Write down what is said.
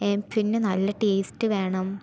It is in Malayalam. ഏ പിന്നെ നല്ല ടേസ്റ്റ് വേണം